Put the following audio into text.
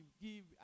Give